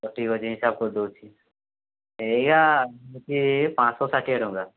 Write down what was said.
ହଉ ଠିକ୍ ଅଛି ହିସାବ କରିଦଉଛି ଏଇ ଆଜ୍ଞା ହେଉଛି ପାଞ୍ଚଶହ ଷାଠିଏ ଟଙ୍କା